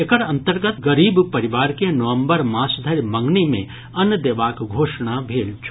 एकर अंतर्गत गरीब परिवार के नवम्बर मास धरि मंगनी मे अन्न देबाक घोषणा भेल छल